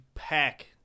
pack